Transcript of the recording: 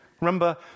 remember